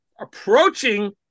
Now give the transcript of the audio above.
approaching